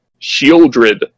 Shieldred